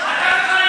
זה שעתיים